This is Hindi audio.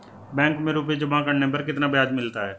बैंक में रुपये जमा करने पर कितना ब्याज मिलता है?